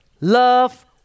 love